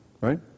Right